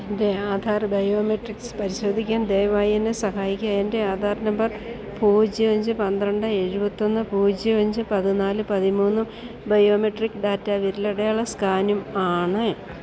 എൻ്റെ ആധാർ ബയോമെട്രിക്സ് പരിശോധിക്കാൻ ദയവായി എന്നെ സഹായിക്കുക എൻ്റെ ആധാർ നമ്പർ പൂജ്യം അഞ്ച് പന്ത്രണ്ട് ഏഴുപത്തൊന്ന് പൂജ്യം അഞ്ച് പതിനാല് പതിമൂന്നും ബയോമെട്രിക് ഡാറ്റ വിരലടയാള സ്കാനും ആണ്